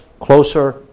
closer